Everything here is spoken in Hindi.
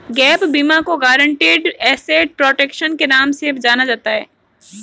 गैप बीमा को गारंटीड एसेट प्रोटेक्शन के नाम से जाना जाता है